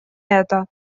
это